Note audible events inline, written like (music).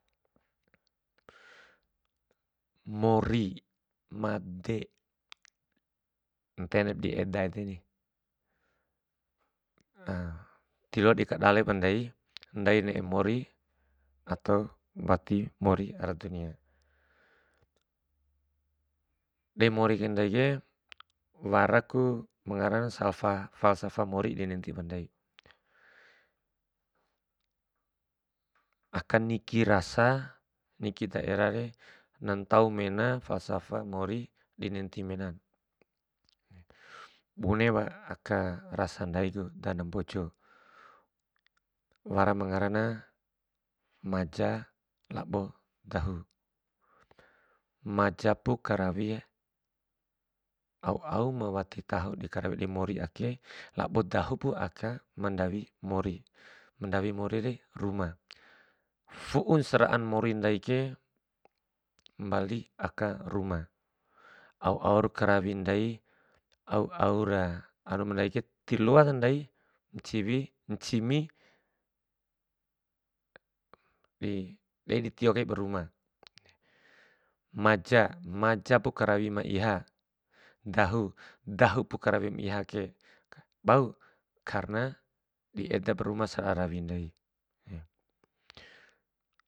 Mori, made ntenep di eda eden (hesitation) ti loa di kadale ba ndai, ndai ne'e mori ato wati mori ara dunia. Be mori kai ndaike wara ku ngarana salfa falsafa mori di nenti ba ndai, aka niki rasa niki daerare na ntau mena falsafa mori dinenti menan. Bunep aka rasa ndai dana mbojo, wara ngarana maja labo dahu, maja pu karawi au au ma wati taho aka mori ake, labo dahupu aka ma ndawi mori, ma ndawi mori re, ruma. Fu'un sera'a mori ndaike mbali aka ruma, au aura karawi ndai, aua aura alum ndaike diloata ndai nciwi ncimi. be, ditio kai ba ruma. Maja, maja pu karawi ma iha, dahu, dahupu karawi ma ihake, bau karena di eda ba ruma sa ra'a karawi ndaike.